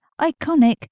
iconic